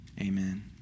amen